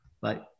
bye